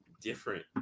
different